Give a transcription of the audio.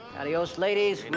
adios ladies,